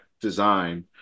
design